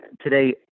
today